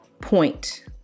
point